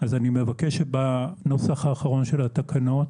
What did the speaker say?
לכן אני מבקש להסיר את זה מהנוסח האחרון של התקנות,